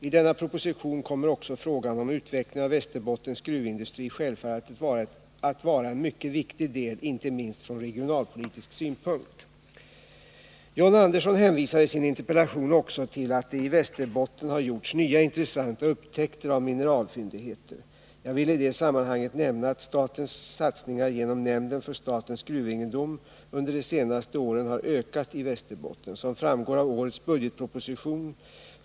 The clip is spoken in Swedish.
I denna proposition kommer också frågan om utvecklingen av Västerbottens gruvindustri självfallet att vara en mycket viktig del — inte minst från regionalpolitisk synpunkt. John Andersson hänvisar i sin interpellation också till att det i Västerbotten har gjorts nya intressanta upptäckter av mineralfyndigheter. Jag vill i det sammanhanget nämna att statens satsningar genom nämnden för statens gruvegendom under de senaste åren har ökat i Västerbotten. Som framgår av årets budgetproposition (prop. 1979/80:100 bil.